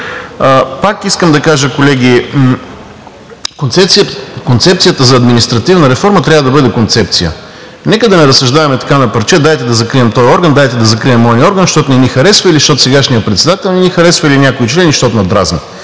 Пак искам да кажа, колеги, концепцията за административна реформа трябва да бъде концепция. Нека да не разсъждаваме така на парче – дайте да закрием този орган, дайте да закрием онзи орган, защото не ни харесва или защото сегашният председател не ни харесва, или някой член и защото ни дразнят.